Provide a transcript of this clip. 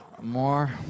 more